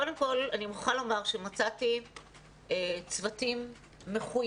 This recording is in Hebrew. קודם כל אני מוכרחה לומר שמצאתי צוותים מחויבים,